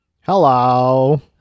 Hello